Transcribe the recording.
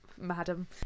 Madam